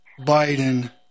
Biden